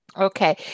Okay